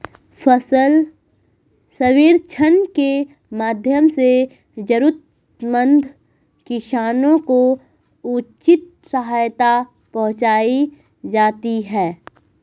फसल सर्वेक्षण के माध्यम से जरूरतमंद किसानों को उचित सहायता पहुंचायी जाती है